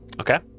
Okay